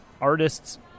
artists